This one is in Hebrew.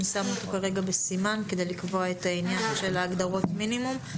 אני שמה כאן סימן כדי לקבוע את העניין של הגדרות המינימום.